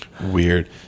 weird